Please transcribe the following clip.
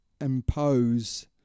impose